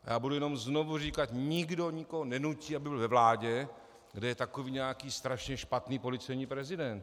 A já budu jenom znovu říkat, nikdo nikoho nenutí, aby byl ve vládě, kde je takový nějaký strašně špatný policejní prezident.